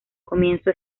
comienzo